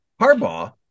Harbaugh